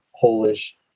Polish